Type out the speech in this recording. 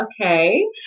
Okay